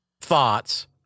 thoughts